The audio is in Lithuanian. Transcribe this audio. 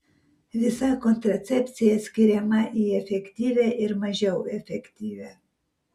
visa kontracepcija skiriama į efektyvią ir mažiau efektyvią